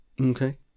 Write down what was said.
Okay